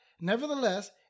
nevertheless